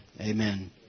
Amen